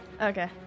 Okay